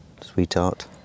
sweetheart